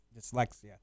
dyslexia